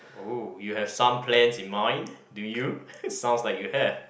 oh you have some plans in mind do you sounds like you have